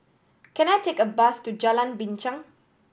can I take a bus to Jalan Binchang